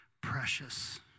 precious